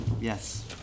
Yes